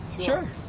Sure